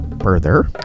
further